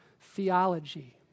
theology